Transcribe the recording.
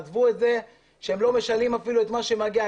עזבו את זה שהם לא משלמים אפילו את מה שמגיע.